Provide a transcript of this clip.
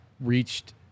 reached